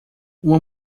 uma